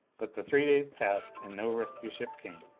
but the three days passed and no rescue ship came.